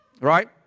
right